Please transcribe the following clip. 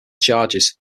charges